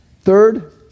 Third